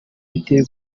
biteye